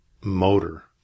motor